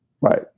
Right